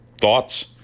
thoughts